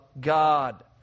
God